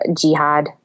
Jihad